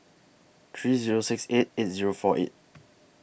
three Zero six eight eight Zero four eight